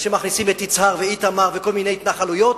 ומכניסים את יצהר ואיתמר וכל מיני התנחלויות,